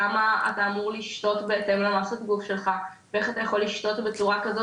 כמה אתה אמור לשתות בהתאם למסת גוף שלך ואיך אתה יכול לשתות בצורה כזאת